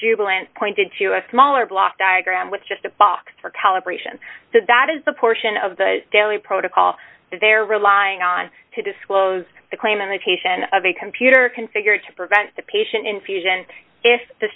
jubilant pointed to a smaller block diagram with just a box for calibration so that is the portion of the daily protocol they are relying on to disclose the claim in the patient of a computer configured to prevent the patient infusion if the